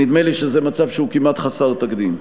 נדמה לי שזה מצב שהוא כמעט חסר תקדים.